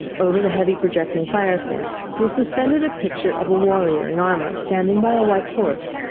over the heavy projecting fireplace was suspended a picture of a warrior in armour standing by a white horse,